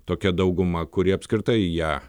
tokia dauguma kuri apskritai ją